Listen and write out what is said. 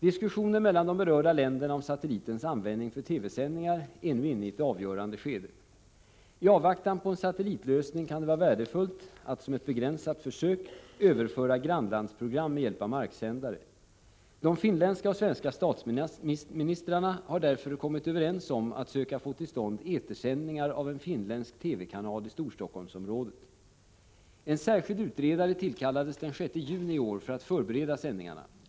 Diskussionen mellan de berörda länderna om satellitens användning för TV-sändningar är nu inne i ett avgörande skede. I avvaktan på en satellitlösning kan det vara värdefullt att, som ett begränsat försök, överföra grannlandsprogram med hjälp av marksändare. De finländska och svenska statsministrarna har därför kommit överens om att söka få till stånd etersändningar av en finländsk TV-kanal i Storstockholmsområdet. En särskild utredare tillkallades den 6 juni i år för att förbereda sändningarna.